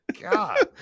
God